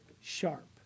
sharp